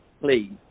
Please